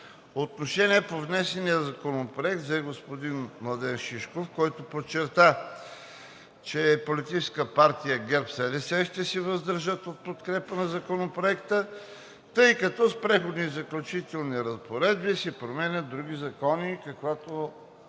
Отношение по внесения законопроект взе господин Шишков, който подчерта, че Политическа партия ГЕРБ-СДС ще се въздържат от подкрепа на Законопроекта, тъй като с Преходните и заключителните разпоредби се променят други закони, каквато